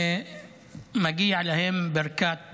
מגיעה להם ברכת